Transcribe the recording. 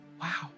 Wow